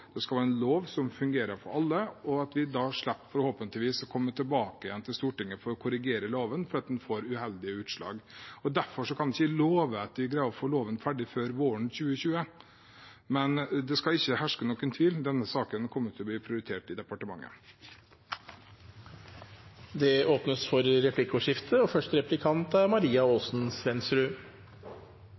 dette skal være en god lov, det skal være en lov som fungerer for alle – og at vi da forhåpentligvis slipper å komme tilbake igjen til Stortinget for å korrigere loven fordi den får uheldige utslag. Derfor kan jeg ikke love at jeg greier å få loven ferdig før våren 2020, men det skal ikke herske noen tvil: Denne saken kommer til å bli prioritert i departementet. Det blir replikkordskifte. Er